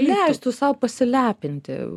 leistų sau pasilepinti